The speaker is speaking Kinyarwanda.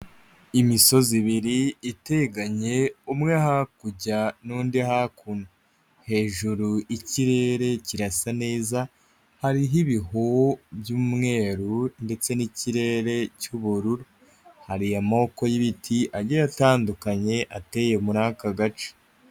Imisozi ibiri iteganye umwe hakurya n'undi hakuno, hejuru y'ikirere kirasa neza, hariho ibihu by'umweru ndetse n'ikirere cy'ubururu, hari amoko y'ibiti agiye atandukanye ateye muri aka gace.